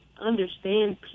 understand